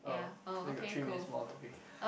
oh so we got three minutes more of talking